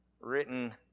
Written